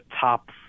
top